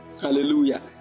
Hallelujah